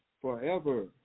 forever